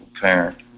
parent